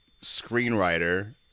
screenwriter